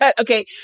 Okay